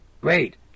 Great